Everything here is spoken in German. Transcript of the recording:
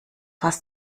fass